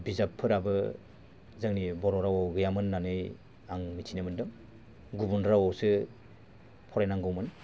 बिजाबफोराबो जोंनि बर' रावाव गैयामोन होननानै आं मिथिनो मोन्दों गुबुन रावआवसो फरायनांगौमोन